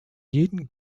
jeden